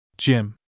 Jim